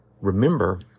remember